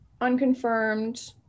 unconfirmed